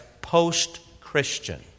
post-Christian